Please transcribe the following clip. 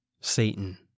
Satan